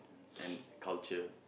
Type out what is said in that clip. and culture